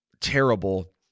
terrible